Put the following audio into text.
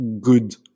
good